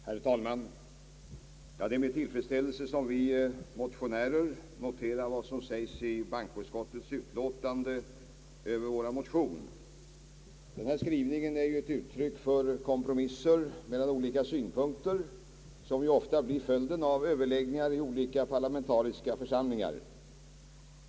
Herr talman! Med tillfredsställelse noterar vi motionärer vad som sägs i bankoutskottets utlåtande över vår motion. Skrivningen är ju ett uttryck för kompromisser mellan olika synpunkter, något som ju ofta blir följden av överläggningar i olika parlamentariska församlingar.